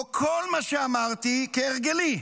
כל מה שאמרתי, כהרגלי,